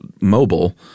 mobile